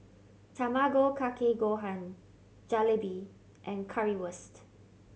Tamago Kake Gohan Jalebi and Currywurst